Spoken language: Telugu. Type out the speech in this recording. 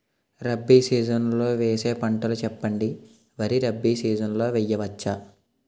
రబీ సీజన్ లో వేసే పంటలు చెప్పండి? వరి రబీ సీజన్ లో వేయ వచ్చా?